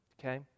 okay